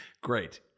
Great